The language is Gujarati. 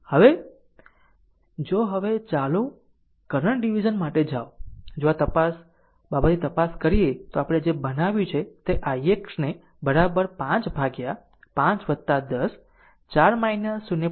હવે જો હવે ચાલો કરંટ ડીવીઝન માટે જાઓ જો જો આ બાબતની તપાસ કરીએ તો આપણે જે બનાવ્યું છે તે ix ને બરાબર 5 ભાગ્યા 5 10 4 0